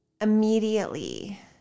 immediately